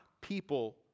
people